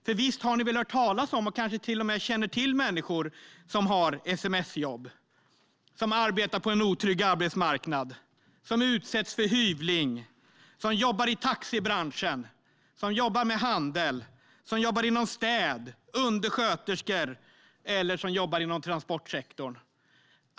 För visst har ni väl hört talas om, och kanske till och med känner till, människor som har sms-jobb, som arbetar på en otrygg arbetsmarknad, som utsätts för hyvling? Det är människor som jobbar i taxibranschen, med handel, inom städ, som undersköterskor eller inom transportsektorn.